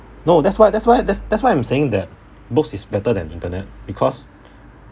no that's why that's why that's that's why I'm saying that books is better than internet because